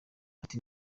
ati